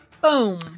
Boom